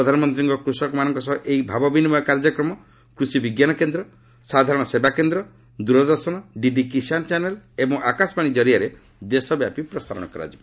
ପ୍ରଧାନମନ୍ତ୍ରୀଙ୍କ କୃଷକମାନଙ୍କ ସହ ଏହି ଭାବ ବିନିମୟ କାର୍ଯ୍ୟକ୍ରମ କୃଷି ବିଜ୍ଞାନ କେନ୍ଦ୍ର ସାଧାରଣ ସେବା କେନ୍ଦ୍ର ଦୂରଦର୍ଶନ ଡିଡି କିଷାନ ଚ୍ୟାନେଲ୍ ଏବଂ ଆକାଶବାଣୀ କରିଆରେ ଦେଶବ୍ୟାପୀ ପ୍ରସାରଣ କରାଯିବ